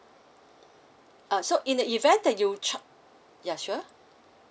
uh so in the event that you cha~ ya sure